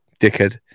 Dickhead